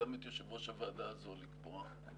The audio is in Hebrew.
גם את יושב-ראש הוועדה הזו לקבוע.